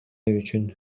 үчүн